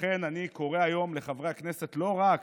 ולכן אני קורא היום לחברי הכנסת לא רק